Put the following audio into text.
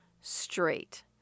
straight